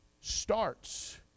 starts